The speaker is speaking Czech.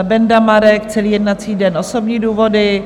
Benda Marek celý jednací den, osobní důvody;